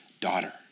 daughter